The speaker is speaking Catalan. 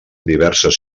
diverses